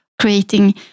creating